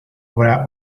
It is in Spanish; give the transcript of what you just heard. obra